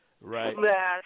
Right